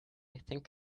think